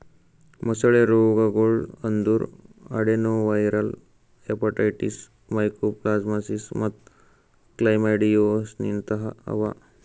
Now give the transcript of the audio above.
ಮೊಸಳೆ ರೋಗಗೊಳ್ ಅಂದುರ್ ಅಡೆನೊವೈರಲ್ ಹೆಪಟೈಟಿಸ್, ಮೈಕೋಪ್ಲಾಸ್ಮಾಸಿಸ್ ಮತ್ತ್ ಕ್ಲಮೈಡಿಯೋಸಿಸ್ನಂತಹ ಅವಾ